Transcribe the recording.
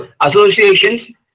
associations